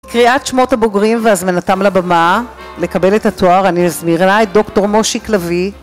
לקריאת שמות הבוגרים והזמנתם לבמה לקבל את התואר, אני מזמינה את דוקטור מושיק לביא